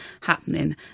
happening